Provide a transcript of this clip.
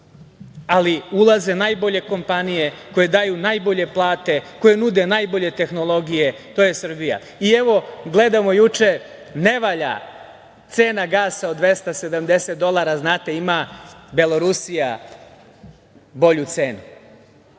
ali ulaze najbolje kompanije koje daju najbolje plate, koje nude najbolje tehnologije. To je Srbija. Gledamo juče - ne valja cena gasa od 270 dolara. Znate, ima Belorusija bolju cenu.